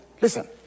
listen